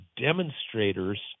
demonstrators